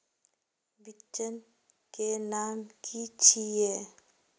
बिचन के नाम की छिये?